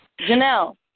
Janelle